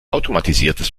automatisiertes